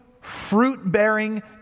fruit-bearing